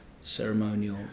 ceremonial